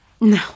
No